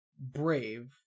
brave